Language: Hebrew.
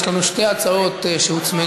יש לנו שתי הצעות שהוצמדו.